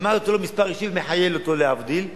כמעט נותן לו מספר אישי ומחייל אותו, להבדיל.